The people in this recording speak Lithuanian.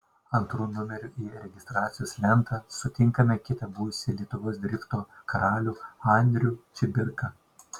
antru numeriu į registracijos lentą sutinkame kitą buvusį lietuvos drifto karalių andrių čibirką